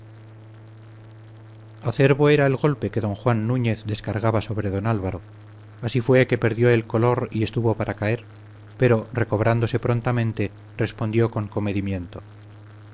acerbo era el golpe que don juan núñez descargaba sobre don álvaro así fue que perdió el color y estuvo para caer pero recobrándose prontamente respondió con comedimiento